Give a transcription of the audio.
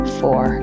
four